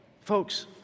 folks